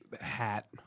hat